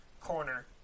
corner